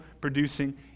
producing